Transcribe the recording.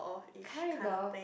kind of